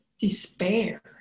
despair